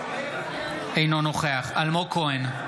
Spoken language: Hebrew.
אינו נוכח אלמוג כהן,